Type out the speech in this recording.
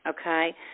okay